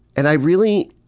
and i really,